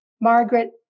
Margaret